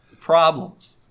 problems